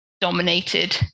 dominated